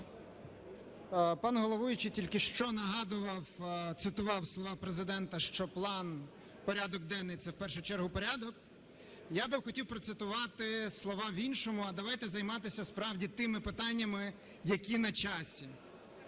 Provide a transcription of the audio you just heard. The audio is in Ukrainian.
Пан головуючий тільки що нагадував, цитував слова Президента, що план, порядок денний – це в першу чергу порядок. Я би хотів процитувати слова в іншому: а давайте займатися справді тими питаннями, які на часі.